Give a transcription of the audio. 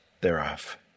thereof